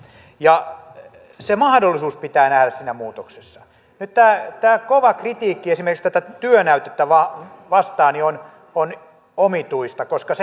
pitää nähdä se mahdollisuus siinä muutoksessa nyt tämä kova kritiikki esimerkiksi tätä työnäytettä vastaan on on omituista koska